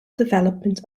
development